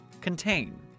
Contain